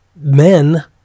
men